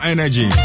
Energy